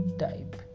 type